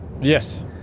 Yes